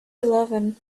eleven